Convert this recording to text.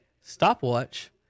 stopwatch